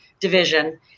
division